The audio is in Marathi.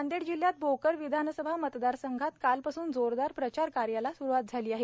नांदेड जिल्ह्यात भोकर विधानसभा मतदार संघात कालपासून जोरदार प्रचार कार्याला स्रूवात झाली आहे